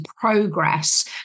progress